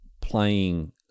playing